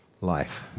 life